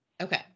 Okay